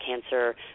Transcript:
cancer